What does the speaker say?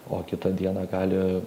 o kitą dieną gali